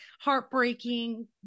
heartbreaking